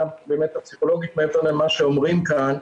באמת הפסיכולוגית מעבר למה שאומרים כאן,